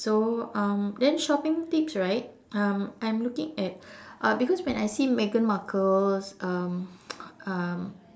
so um then shopping tips right um I'm looking at uh because when I see Meghan Markle's um um